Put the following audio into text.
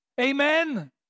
Amen